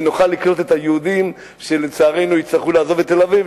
ונוכל לקלוט את היהודים שלצערנו יצטרכו לעזוב את תל-אביב,